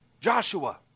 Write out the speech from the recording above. joshua